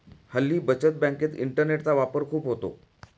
हल्ली बचत बँकेत इंटरनेटचा वापर खूप होतो